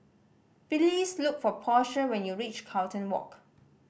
please look for Portia when you reach Carlton Walk